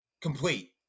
complete